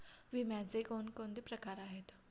विम्याचे कोणकोणते प्रकार आहेत?